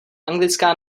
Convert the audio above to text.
anglická